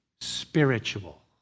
spiritual